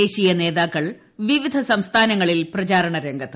ദേശീയ നേതാക്കൾ വിവിധ സംസ്ഥാനങ്ങളിൽ പ്രചാരണ രംഗത്ത്